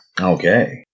Okay